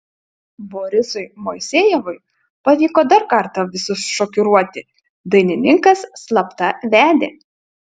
borisui moisejevui pavyko dar kartą visus šokiruoti dainininkas slapta vedė